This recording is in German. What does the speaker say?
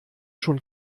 schon